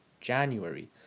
January